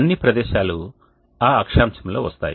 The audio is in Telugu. అన్ని ప్రదేశాలు ఆ అక్షాంశంలో వస్తాయి